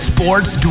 Sports